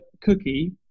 Cookie